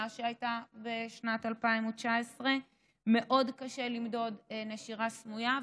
שהייתה בשנת 2019. מאוד קשה למדוד נשירה סמויה,